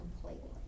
completely